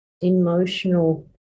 emotional